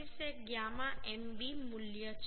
25 એ γ mb મૂલ્ય છે